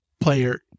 player